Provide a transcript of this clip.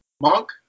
Monk